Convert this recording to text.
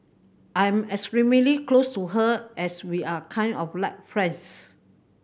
I'm extremely close to her as we are kind of like friends